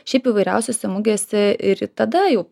šiaip įvairiausiose mugėse ir tada jau